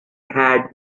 had